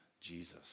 Jesus